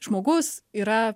žmogus yra